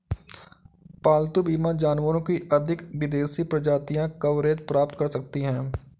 पालतू बीमा जानवरों की अधिक विदेशी प्रजातियां कवरेज प्राप्त कर सकती हैं